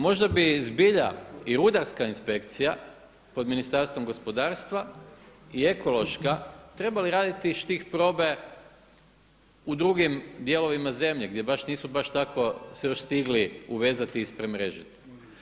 Možda bi zbilja i rudarska inspekcija pod Ministarstvom gospodarstva i ekološka trebali raditi štih probe u drugim dijelovima zemlje gdje baš nisu baš tako se još stigli uvezati i ispremrežiti.